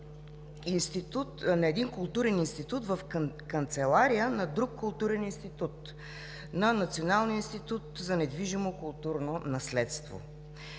на един културен институт в канцелария на друг културен институт – на Националния институт за недвижимо културно наследство.